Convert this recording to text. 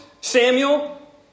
Samuel